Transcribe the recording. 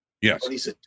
Yes